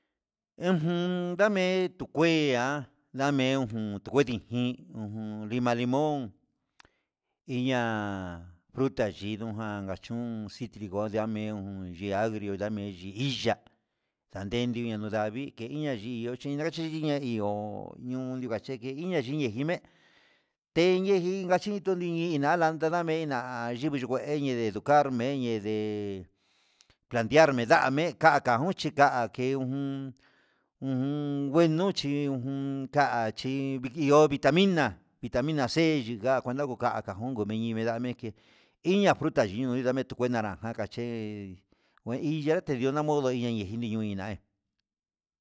Ejun ndame kutuea ndame jun kodijin ujun lima limón, iña'a fruta yindojan kachún citrico ndamen un agrio ndame yii iya'a ndadenuu no'o ndavii inke iña yi'o xhinga kayiniña iho ñoo nduka cheké iña yime nguime'e teñejin achito ngui inala nandamena ayiyungueye ndeduka meyee ndee landiame ndanie ka'a danguchiga ke'e un ujun nguenuchi kachí ni'ó damina vitamia c yunga kuenda ngu nguaka ungu ngui ndameke, iña fruta yuu daname tu kuenta naranja che'e nguiya namodo ondo hiya yinee yo'o inda'a.